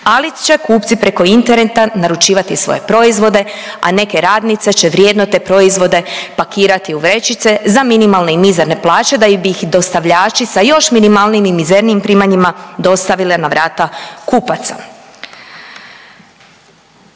ali će kupci preko interneta naručivati svoje proizvode a neke radnice će vrijedno te proizvode pakirati u vrećice za minimalne i mizerne plaće da bi ih dostavljači sa još minimalnijim i mizernijim primanjima dostavile na vrata kupaca.